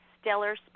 stellar